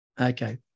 Okay